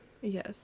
Yes